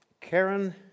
Karen